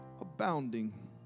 abounding